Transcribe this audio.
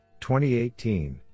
2018